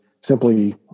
simply